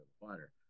water